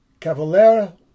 Cavalera